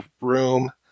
room